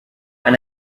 and